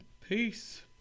Peace